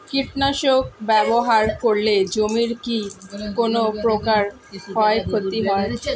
কীটনাশক ব্যাবহার করলে জমির কী কোন প্রকার ক্ষয় ক্ষতি হয়?